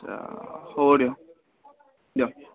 আচ্ছা হ'ব দিয়ক দিয়ক